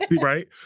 Right